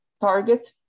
target